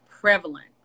prevalent